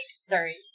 Sorry